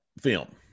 film